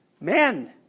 men